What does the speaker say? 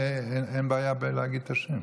אין בעיה להגיד את השם.